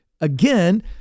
again